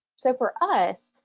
so for us,